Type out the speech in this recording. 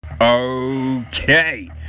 Okay